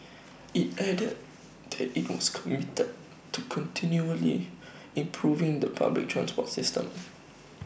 IT added that IT was committed to continually improving the public transport system